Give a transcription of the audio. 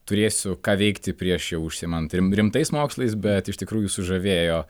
turėsiu ką veikti prieš jau užsiimant rimtais mokslais bet iš tikrųjų sužavėjo